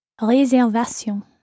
Réservation